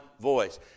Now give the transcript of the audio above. voice